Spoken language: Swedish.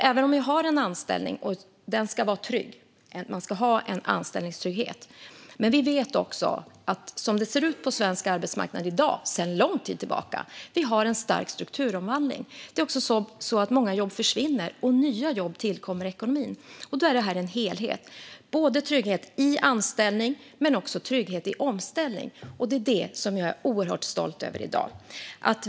Det ska råda anställningstrygghet, men vet vi också att det sker en stark strukturomvandling på svensk arbetsmarknad i dag sedan lång tid tillbaka. Många jobb försvinner, och nya jobb tillkommer. Det är fråga om en helhet. Det ska vara trygghet i anställning och trygghet i omställning. Det är jag oerhört stolt över i dag.